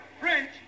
French